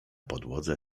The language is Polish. podłodze